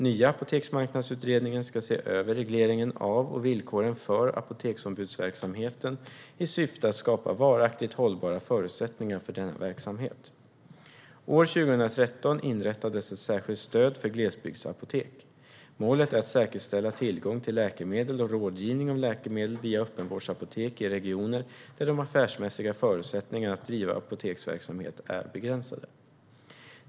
Nya apoteksmarknadsutredningen ska se över regleringen av och villkoren för apoteksombudsverksamheten i syfte att skapa varaktigt hållbara förutsättningar för denna verksamhet. År 2013 inrättades ett särskilt stöd för glesbygdsapotek. Målet är att säkerställa tillgång till läkemedel och rådgivning om läkemedel via öppenvårdsapotek i regioner där de affärsmässiga förutsättningarna att driva apoteksverksamhet är begränsade.